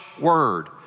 word